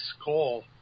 skull